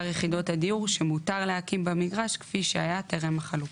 יחידות הדיור שמותר להקים במגרש כפי שהיה טרם החלוקה,